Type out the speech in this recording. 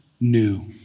new